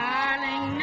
Darling